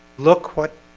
look what